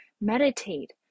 meditate